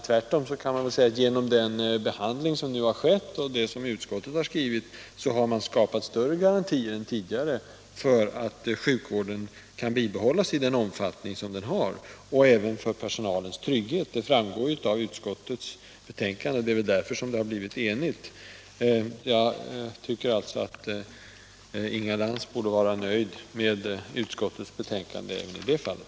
Tvärtom kan man väl säga att genom den behandling som nu har skett, och det som utskottet har skrivit, har det skapats större garantier än tidigare för att sjukvården kan bibehållas i den omfattning som den har och även garantier för personalens trygghet. Det framgår av utskottets betänkande, och det är väl därför som utskottet har blivit enigt. Jag tycker alltså att Inga Lantz borde vara nöjd med utskottets betänkande även i det fallet.